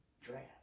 draft